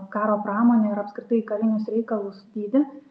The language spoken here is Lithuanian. karo pramonę ir apskritai į karinius reikalus dydį